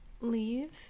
leave